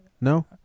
No